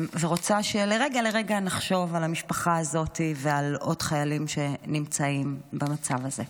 ורוצה שלרגע נחשוב על המשפחה הזאת ועל עוד חיילים שנמצאים במצב הזה.